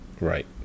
Right